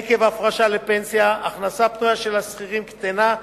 עקב ההפרשה לפנסיה ההכנסה הפנויה של השכירים קטנה,